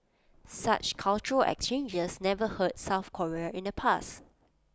such cultural exchanges never hurt south Korea in the past